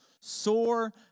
Sore